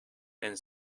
and